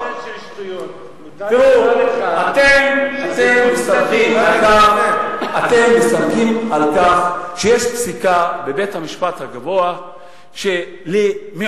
מציעי החוק מסתמכים על כך שיש פסיקה בבית-המשפט הגבוה שלקבוצות